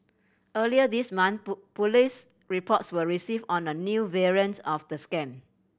earlier this month police reports were received on a new variants of the scam